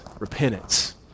repentance